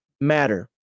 matter